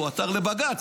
הוא עתר לבג"ץ,